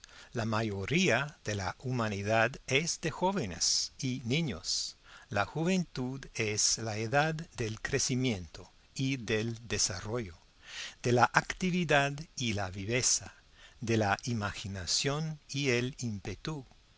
la mayoría de la humanidad es de jóvenes y niños la juventud es la edad del crecimiento y del desarrollo de la actividad y la viveza de la imaginación y el ímpetu